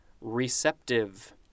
receptive